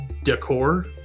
Decor